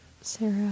Sarah